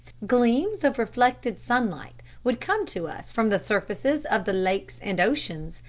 gleams of reflected sunlight would come to us from the surfaces of the lakes and oceans,